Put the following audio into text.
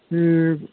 बे